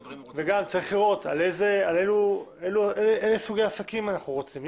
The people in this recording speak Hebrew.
צריך לראות על איזה סוגי עסקים אנחנו רוצים.